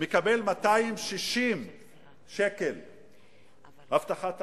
מקבל 260 שקל הבטחת הכנסה.